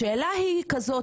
השאלה היא כזו,